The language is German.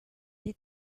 die